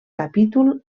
capítol